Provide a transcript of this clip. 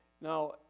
Now